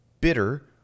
bitter